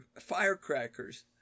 firecrackers